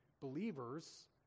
believers